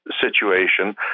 situation